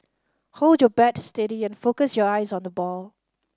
hold your bat steady and focus your eyes on the ball